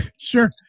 Sure